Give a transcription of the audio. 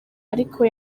ariko